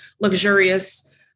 luxurious